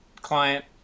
client